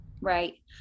Right